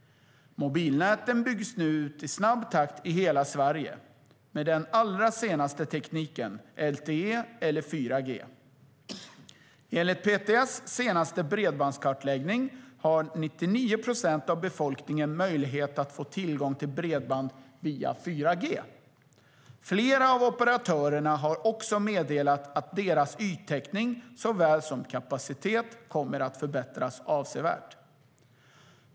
Mobilnäten byggs nu ut i snabb takt i hela Sverige med den allra senaste tekniken, LTE eller 4G. Enligt PTS senaste bredbandskartläggning har 99 procent av befolkningen möjlighet att få tillgång till bredband via 4G. Flera av operatörerna har också meddelat att deras yttäckning såväl som kapacitet kommer att förbättras avsevärt.